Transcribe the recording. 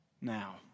Now